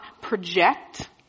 project